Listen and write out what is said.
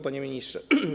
Panie Ministrze!